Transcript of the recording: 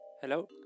Hello